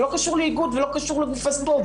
קשור לאיגוד, ולא קשור לגופי ספורט.